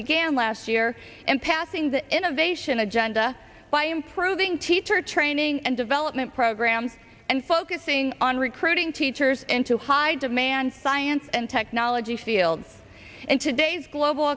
began last year in passing the innovation agenda by improving teacher training and development programs and focusing on recruiting teachers into high demand science and technology fields in today's global